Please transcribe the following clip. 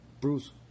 Bruce